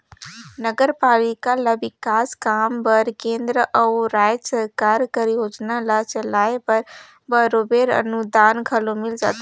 नगरपालिका ल बिकास काम बर केंद्र अउ राएज सरकार कर योजना ल चलाए बर बरोबेर अनुदान घलो मिल जाथे